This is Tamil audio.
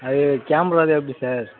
அது கேமராலாம் எப்படி சார்